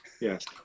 Yes